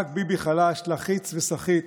רק ביבי חלש לחיץ וסחיט